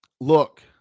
Look